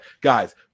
Guys